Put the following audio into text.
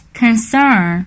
concern